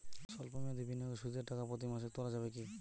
সল্প মেয়াদি বিনিয়োগে সুদের টাকা প্রতি মাসে তোলা যাবে কি?